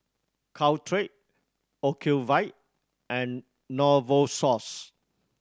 Caltrate Ocuvite and Novosource